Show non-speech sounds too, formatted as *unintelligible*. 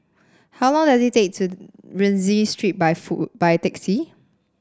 how long does it take to Rienzi Street by *unintelligible* by taxi